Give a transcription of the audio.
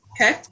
Okay